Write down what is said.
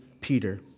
Peter